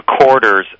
quarters